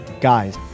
Guys